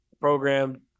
program